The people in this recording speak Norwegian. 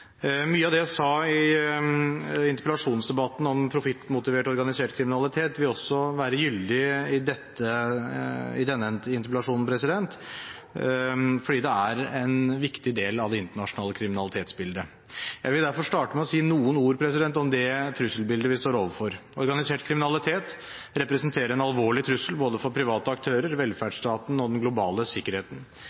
Mye av det jeg sa i interpellasjonsdebatten om profittmotivert organisert kriminalitet, vil også være gyldig i denne interpellasjonen, fordi det er en viktig del av det internasjonale kriminalitetsbildet. Jeg vil derfor starte med å si noen ord om det trusselbildet vi står overfor. Organisert kriminalitet representerer en alvorlig trussel både for private aktører, velferdsstaten og den globale sikkerheten.